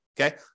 okay